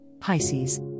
Pisces